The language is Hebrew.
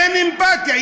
אין אמפתיה.